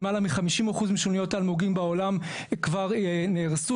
למעלה מ-50% משוניות האלמוגים בעולם כבר נהרסו.